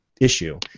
issue